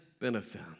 benefit